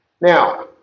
Now